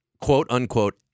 quote-unquote